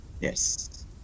Yes